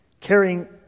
carrying